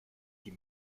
die